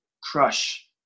crush